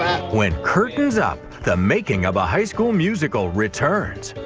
when curtains up the making of a high school musical returns.